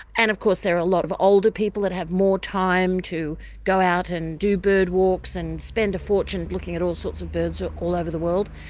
and of course, there are a lot of older people that have more time to go out and do bird walks and spend a fortune looking at all sorts of birds all over the world.